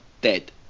dead